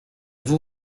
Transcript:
vous